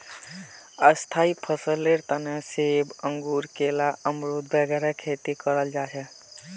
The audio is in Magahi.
स्थाई फसलेर तने सेब, अंगूर, केला, अमरुद वगैरह खेती कराल जाहा